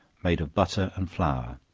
made of butter and flour,